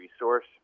resource